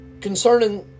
concerning